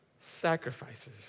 sacrifices